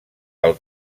pel